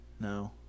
No